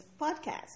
podcast